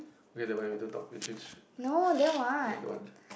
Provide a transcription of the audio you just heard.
okay nevermind we don't talk we change ya don't want